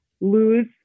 lose